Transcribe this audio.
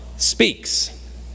speaks